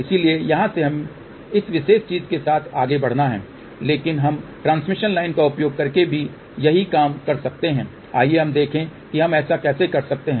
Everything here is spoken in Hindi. इसलिए यहां से हमें इस विशेष चीज के साथ आगे बढ़ना है लेकिन हम ट्रांसमिशन लाइन का उपयोग करके भी यही काम कर सकते हैं आइए हम देखें कि हम ऐसा कैसे कर सकते हैं